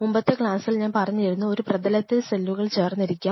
മുൻപത്തെ ക്ലാസ്സിൽ ഞാൻ പറഞ്ഞിരുന്നു ഒരു പ്രതലത്തിൽ സെല്ലുകൾ ചേർന്നിരിക്കാം